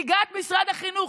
נציגת משרד החינוך,